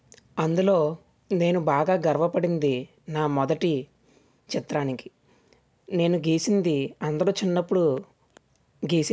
అందులో అప్పుడే పుట్టిన పిల్లలను ఇంకా జాగ్రత్తగా చూసుకోవాలి అప్పుడే పుట్టిన పిల్లలు ఎంతో సెన్సిటివ్గా ఉంటారు